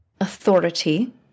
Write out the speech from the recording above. authority